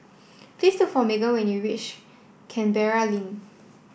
please look for when you wish Canberra Link